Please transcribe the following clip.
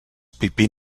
pipí